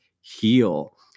heal